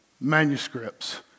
manuscripts